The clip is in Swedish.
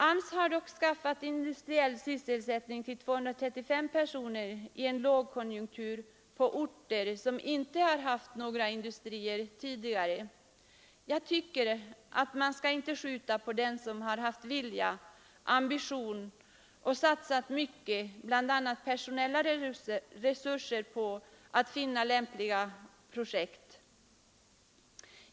AMS har dock skaffat industriell sysselsättning till 235 personer i en lågkonjunktur på orter som inte har haft några industrier tidigare, Jag tycker att man inte skall skjuta på den som har haft vilja, ambition och satsat mycket, bl.a. personella resurser, på att få tag i lämpliga projekt.